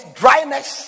dryness